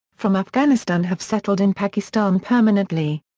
from afghanistan have settled in pakistan permanently.